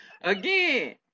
Again